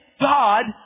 God